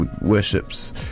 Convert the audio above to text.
worships